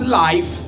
life